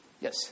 Yes